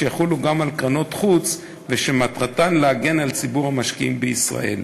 שיחולו גם על קרנות חוץ ושמטרתן להגן על ציבור המשקיעים בישראל.